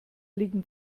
liegen